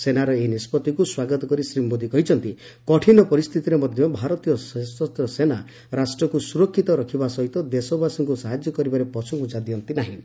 ସେନାର ଏହି ନିଷ୍ପଭିକୁ ସ୍ୱାଗତ କରି ଶ୍ରୀ ମୋଦୀ କହିଛନ୍ତି କଠିନ ପରିସ୍ଥିତିରେ ମଧ୍ୟ ଭାରତୀୟ ସଶସ୍ତ ସେନା ରାଷ୍ଟ୍ରକୁ ସୁରକ୍ଷିତ ରଖିବା ସହିତ ଦେଶବାସୀଙ୍କୁ ସାହାଯ୍ୟ କରିବାରେ ପଛଘ୍ରୁଞ୍ଚା ଦିଅନ୍ତି ନାହିଁ